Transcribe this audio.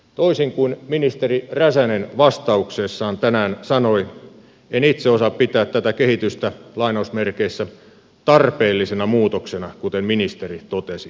toisin kuin ministeri räsänen vastauksessaan tänään sanoi en itse osaa pitää tätä kehitystä tarpeellisena muutoksena kuten ministeri totesi